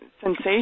sensation